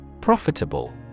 Profitable